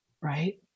right